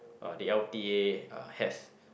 uh the L_t_A has